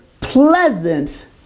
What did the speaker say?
pleasant